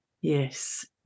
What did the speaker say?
yes